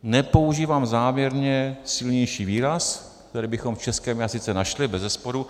Nepoužívám záměrně silnější výraz, který bychom v českém jazyce našli, bezesporu.